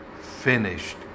finished